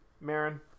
Marin